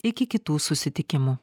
iki kitų susitikimų